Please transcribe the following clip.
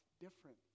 Different